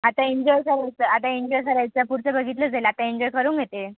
आता एन्जॉय करायचं आता एन्जॉय करायचं पुढचं बघितलं जाईल आता एन्जॉय करून घेते